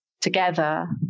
together